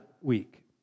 week